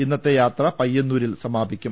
ഇന്നതെ യാത്ര പയ്യന്നൂരിൽ സമാപിക്കും